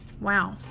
Wow